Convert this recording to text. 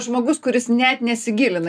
žmogus kuris net nesigilina